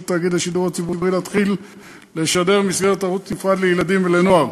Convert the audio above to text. תאגיד השידור הציבורי להתחיל לשדר במסגרת ערוץ נפרד לילדים ולנוער.